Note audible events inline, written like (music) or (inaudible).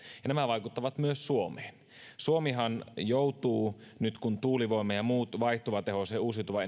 ja nämä vaikuttavat myös suomeen suomihan joutuu nyt kun tuulivoiman ja muiden vaihtuvatehoisten uusiutuvan (unintelligible)